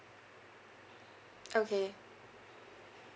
okay